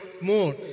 more